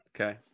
Okay